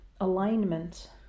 alignment